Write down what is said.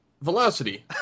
Velocity